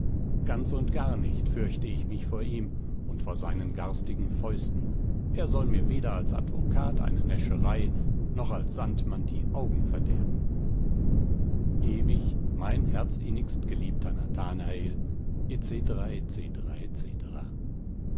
ganz und gar nicht fürchte ich mich vor ihm und vor seinen garstigen fäusten er soll mir weder als advokat eine näscherei noch als sandmann die augen verderben ewig mein herzinnigstgeliebter nathanael